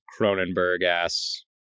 Cronenberg-ass